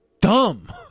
dumb